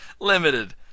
limited